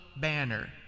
banner